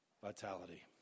Vitality